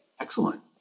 Excellent